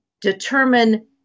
determine